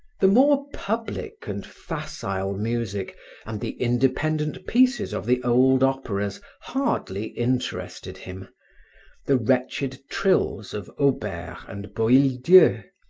the more public and facile music and the independent pieces of the old operas hardly interested him the wretched trills of auber and boieldieu,